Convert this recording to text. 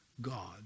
God